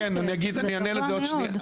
זה גבוה מאוד.